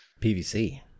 PVC